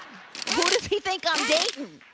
who does he think i'm dating?